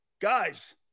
Guys